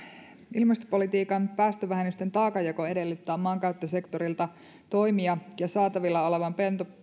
ilmastopolitiikan päästövähennysten taakanjako edellyttää maankäyttösektorilta toimia ja saatavilla olevan